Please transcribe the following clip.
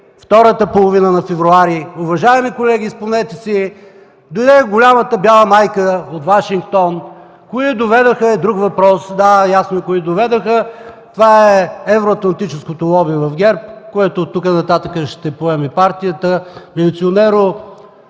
втората половина на февруари. Уважаеми колеги, спомнете си, дойде голямата бяла майка от Вашингтон. Кои я доведоха е друг въпрос. Да, ясно е кои я доведоха. Това е евроатлантическото лоби в ГЕРБ, което оттук нататък ще поеме партията.